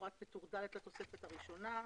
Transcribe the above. כמפורט בטור ד' לתוספת הראשונה: